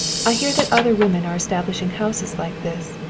i hear that other women are establishing houses like this,